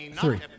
Three